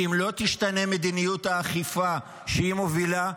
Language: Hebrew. כי אם לא תשתנה מדיניות האכיפה שהיא מובילה,